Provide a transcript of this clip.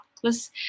plus